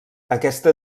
aquesta